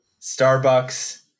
Starbucks